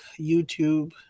YouTube